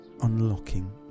unlocking